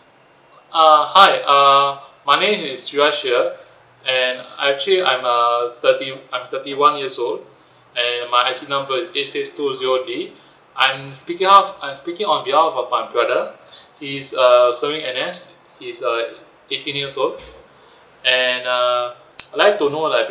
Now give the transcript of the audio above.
uh hi uh my name is siraj here and actually I'm a thirty I'm thirty one years old and my I_C number is eight six two zero D I'm speaking out I speaking on on behalf of my brother he is err serving N_S he's uh eighteen years old and uh I'd like to know like